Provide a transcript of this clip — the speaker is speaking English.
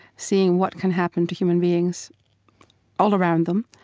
seeing what can happen to human beings all around them.